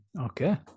okay